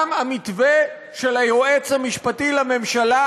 גם המתווה של היועץ המשפטי לממשלה,